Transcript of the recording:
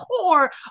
core